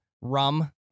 rum